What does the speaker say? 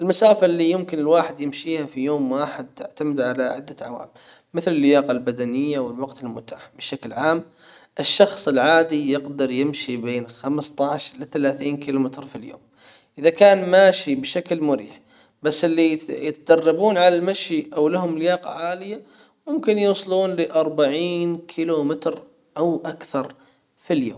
المسافة اللي يمكن الواحد يمشيها في يوم واحد تعتمد على عدة عوامل مثلًا اللياقة البدنية والوقت المتاح بشكل عام الشخص العادي يقدر يمشي بين خمسة عشر لثلاثين كيلو متر في اليوم اذا كان ماشي بشكل مريح بس اللي يتدربون على المشي او لهم لياقة عالية ممكن يوصلون لاربعين كيلو متر او اكثر في اليوم.